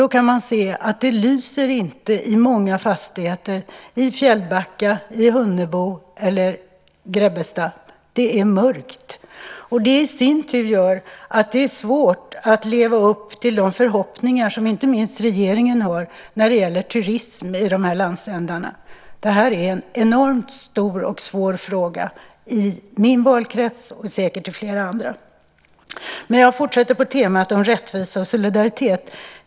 Då kan man se att det inte lyser i många fastigheter i Fjällbacka, Hunnebo eller Grebbesta. Det är mörkt. Det i sin tur gör att det är svårt att leva upp till de förhoppningar som inte minst regeringen har när det gäller turism i de här landsändarna. Det här är en enormt stor och svår fråga i min valkrets och säkert i flera andra. Jag fortsätter på temat rättvisa och solidaritet.